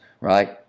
right